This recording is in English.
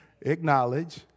Acknowledge